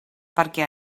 perquè